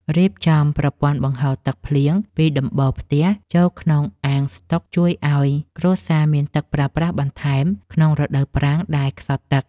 រៀបចំប្រព័ន្ធបង្ហូរទឹកភ្លៀងពីដំបូលផ្ទះចូលក្នុងអាងស្តុកជួយឱ្យគ្រួសារមានទឹកប្រើប្រាស់បន្ថែមក្នុងរដូវប្រាំងដែលខ្សត់ទឹក។